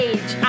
Age